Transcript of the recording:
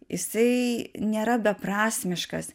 jisai nėra beprasmiškas